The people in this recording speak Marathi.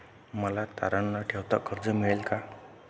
मला तारण न ठेवता कर्ज मिळेल का?